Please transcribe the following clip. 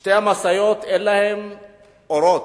שתי המשאיות, אין להן אורות.